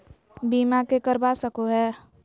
बीमा के करवा सको है?